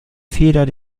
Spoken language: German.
feder